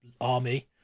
army